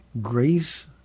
grace